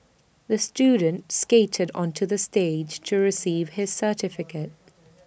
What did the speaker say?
the student skated onto the stage to receive his certificate